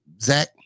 Zach